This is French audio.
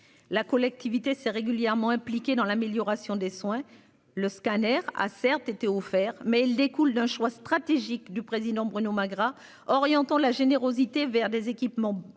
La collectivité c'est régulièrement impliqués dans l'amélioration des soins le scanner a certes été offert mais elle découle d'un choix stratégique du président, Bruno Magras orientant la générosité vers des équipements médicaux,